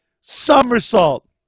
somersault